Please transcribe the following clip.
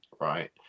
right